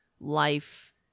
life